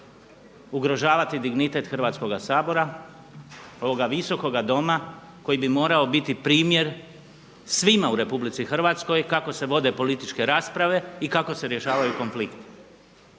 ugrožavati dignitet Hrvatskoga sabora, ovoga visokoga Doma koji bi morao biti primjer svima u RH kako se vode političke rasprave i kako se rješavaju konflikti.